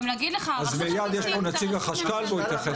אז נמצא פה נציג החשכ"ל והוא יתייחס לזה